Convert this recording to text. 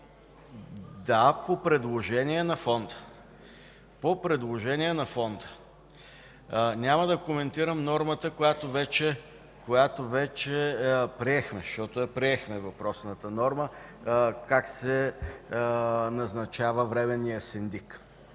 Да, по предложение на Фонда. Няма да коментирам нормата, която вече приехме, защото я приехме – как се назначава временният синдик.